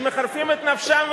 שמחרפים את נפשם ומפתחים,